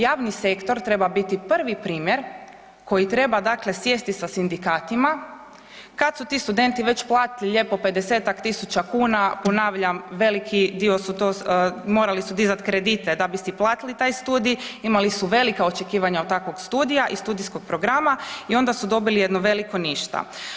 Javni sektor treba biti prvi primjer koji treba dakle sjesti sa sindikatima, kad su ti studenti već platili lijepo 50a- tisuća kuna, ponavljam, veliki dio su to, morali su dizat kredite da bi si platili taj studij, imali su velika očekivanja od takvog studija i studijskog programa i onda su dobili jedno veliko ništa.